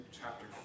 chapter